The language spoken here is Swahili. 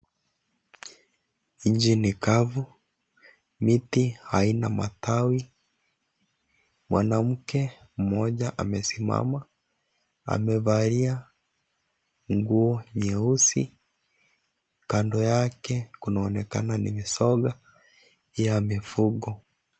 Inchi ni kavu, miti aina matawi .mwanamke mmoja amesimama, amevalia nguo nyeusi kando yake kunaonekana ni visoga ya mifugo